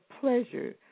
pleasure